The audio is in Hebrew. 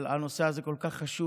אבל הנושא הזה כל כך חשוב,